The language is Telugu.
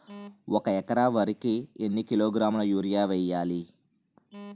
ఒక ఎకర వరి కు ఎన్ని కిలోగ్రాముల యూరియా వెయ్యాలి?